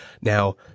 Now